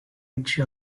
edge